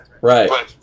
Right